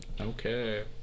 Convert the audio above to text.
Okay